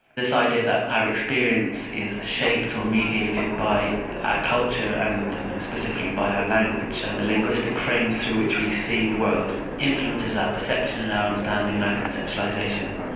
this idea that our experience is shaped or mediated by our culture and you know specifically by our language, so the linguistic frames through which we see the world influences our perception and our understanding and our conceptualisation.